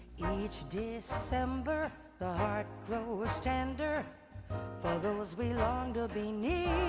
each december the heart grows tender for those we long to be near